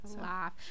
Laugh